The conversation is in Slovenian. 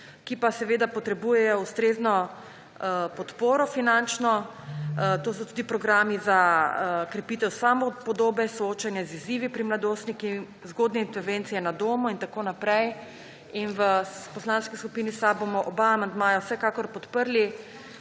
ki pa seveda potrebujejo ustrezno podporo finančno. To so tudi programi za krepitev samopodobe, soočanja z izzivi pri mladostnikih, zgodnje intervencije na domu in tako naprej. V Poslanski skupini SAB bomo oba amandmaja vsekakor podprli.